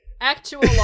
Actual